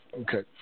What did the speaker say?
Okay